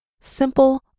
Simple